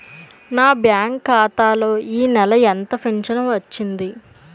నా బ్యాంక్ ఖాతా లో ఈ నెల ఎంత ఫించను వచ్చింది?